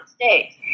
States